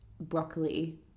broccoli